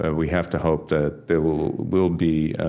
and we have to hope that there will will be